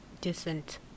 Decent